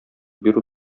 бирү